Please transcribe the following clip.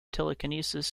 telekinesis